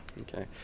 okay